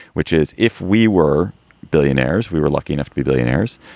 which is if we were billionaires, we were lucky enough to be billionaires.